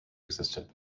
existed